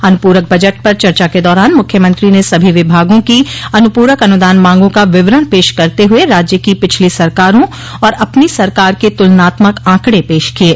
अनुपूरक बजट पर चर्चा के दौरान मुख्यमंत्री ने सभी विभागों की अनुपूरक अनुदान मांगों का विवरण पेश करते हुए राज्य की पिछली सरकारों और अपनी सरकार के तुलनात्मक आंकड़े पेश किये